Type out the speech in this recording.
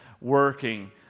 working